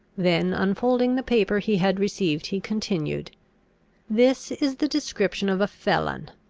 then unfolding the paper he had received, he continued this is the description of a felon,